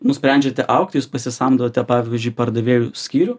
nusprendžiate augti jūs pasisamdote pavyzdžiui pardavėjų skyrių